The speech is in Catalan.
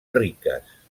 riques